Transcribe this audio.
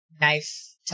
knife